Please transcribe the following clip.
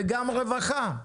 גם רווחה.